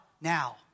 now